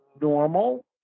normal